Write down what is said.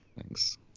Thanks